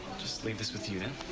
just leave this with you then.